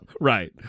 Right